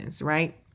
Right